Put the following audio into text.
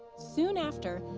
soon after,